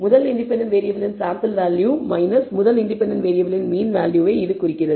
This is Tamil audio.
முதல் இண்டிபெண்டன்ட் வேறியபிளின் சாம்பிள் வேல்யூ முதல் இண்டிபெண்டன்ட் வேறியபிளின் மீன் வேல்யூவை குறிக்கிறது